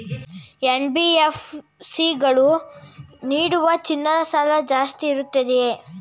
NBFC ಗಳು ನೀಡುವ ಚಿನ್ನದ ಸಾಲ ಜಾಸ್ತಿ ಇರುತ್ತದೆಯೇ?